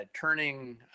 turning